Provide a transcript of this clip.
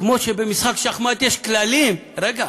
כמו שבמשחק שחמט יש כללים, סמכויות, רגע.